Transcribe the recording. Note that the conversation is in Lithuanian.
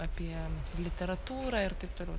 apie literatūrą ir taip toliau